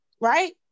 right